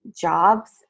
jobs